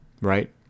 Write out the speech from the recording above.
right